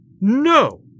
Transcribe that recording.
no